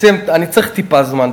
אני צריך טיפה זמן.